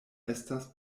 estas